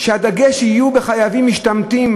שהדגש יהיה על חייבים משתמטים,